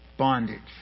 Bondage